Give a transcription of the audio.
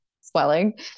swelling